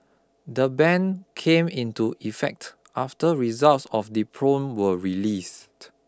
the ban came into effect after results of the probe were released